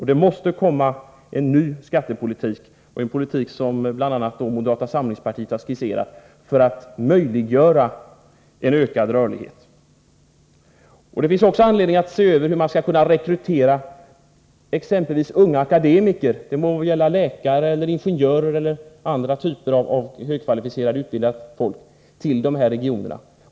Det måste komma en ny skattepolitik — en sådan politik som bl.a. moderata samlingspartiet har skisserat — för att möjliggöra en ökad rörlighet. Det finns också anledning att se över hur man skall kunna rekrytera exempelvis unga akademiker — det må gälla läkare, ingenjörer eller andra högt kvalificerade och utbildade människor — till glesbygdsregionerna.